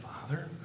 Father